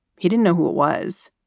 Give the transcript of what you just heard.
he didn't know who it was.